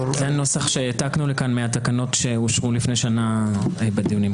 זה הנוסח שהעתקנו לכאן מהתקנות שאושרו לפני שנה בדיונים.